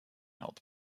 health